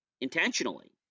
intentionally